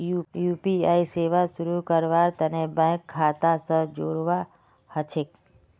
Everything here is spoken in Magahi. यू.पी.आई सेवा शुरू करवार तने बैंक खाता स जोड़वा ह छेक